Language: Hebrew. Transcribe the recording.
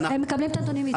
הם מקבלים את הנתונים מאיתנו.